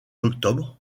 octobre